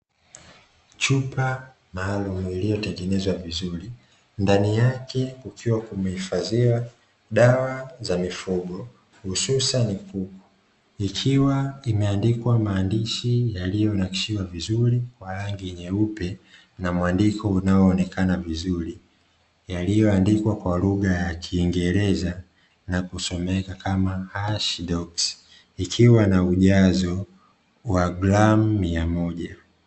Chupa maalumu iliyotengenezwa vizuri, ndani yake kukiwa kumehifadhiwa dawa za mifugo, hususani kuku, ikiwa imeandikwa maandishi yaliyonakshiwa vizuri kwa rangi nyeupe na mwandiko unaoonekana vizuri, yaliyoandikwa kwa lugha ya kiingereza na kusomeka kama ''Ashidox-n'', ikiwa na ujazo wa gramu mia moja.